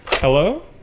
Hello